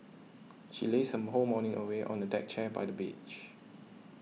she lazed her whole morning away on a deck chair by the beach